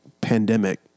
pandemic